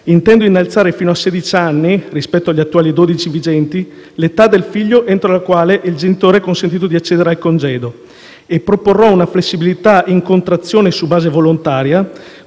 intendo innalzare fino a sedici anni - rispetto agli attuali dodici vigenti - l'età del figlio entro la quale al genitore è consentito di accedere al congedo; proporrò una flessibilità in contrazione e su base volontaria,